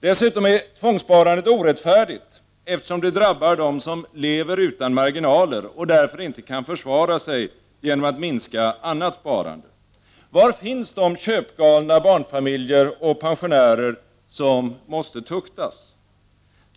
Dessutom är tvångssparandet orättfärdigt, eftersom det drabbar dem som lever utan marginaler och därför inte kan försvara sig genom att minska annat sparande. Var finns de köpgalna barnfamiljer och pensionärer som måste tuk tas?